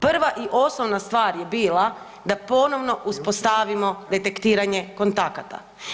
Prva i osnovna stvar je bila da ponovno uspostavimo detektiranje kontakata.